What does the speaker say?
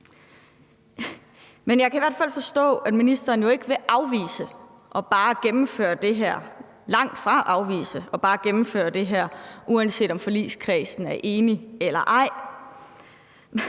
Men jeg kan i hvert fald forstå, at ministeren langtfra vil afvise bare at gennemføre det her, uanset om forligskredsen er enig eller ej.